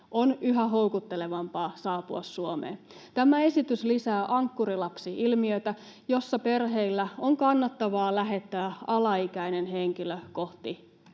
on yhä houkuttelevampaa saapua Suomeen. Tämä esitys lisää ankkurilapsi-ilmiötä, jossa perheillä on kannattavaa lähettää alaikäinen henkilö kohti